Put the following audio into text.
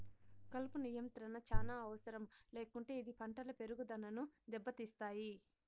కలుపు నియంత్రణ చానా అవసరం లేకుంటే ఇది పంటల పెరుగుదనను దెబ్బతీస్తాయి